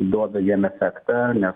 duoda jiem efektą nes